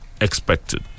expected